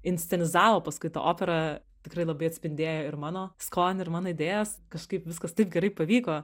inscenizavo paskui tą operą tikrai labai atspindėjo ir mano skonį ir mano idėjas kažkaip viskas taip gerai pavyko